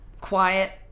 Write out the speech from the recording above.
Quiet